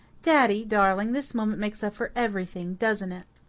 daddy darling, this moment makes up for everything, doesn't it?